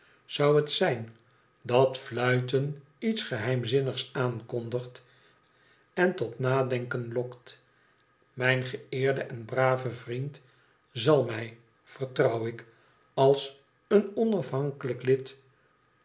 zou het zijn dat fluiten iets geheimzinnigs aankondigt en tot nadenken lokt mijn geëerde en brave vriend zal mij vertrouw ik als een onafhankelijk lid